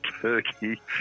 turkey